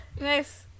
nice